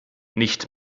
nicht